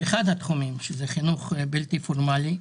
אחד התחומים, שזה חינוך בלתי פורמלי.